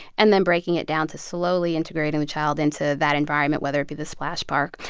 and then breaking it down to slowly integrating the child into that environment, whether it be the splash park,